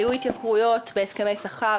היו התייקרויות בהסכמי שכר,